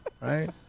Right